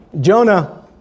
Jonah